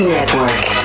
Network